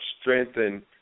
strengthen